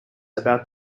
about